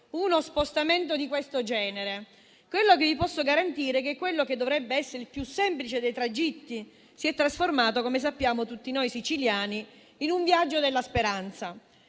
uno spostamento di questo genere, ma vi posso garantire che quello che dovrebbe essere il più semplice dei tragitti si è trasformato, come sappiamo tutti noi siciliani, in un viaggio della speranza.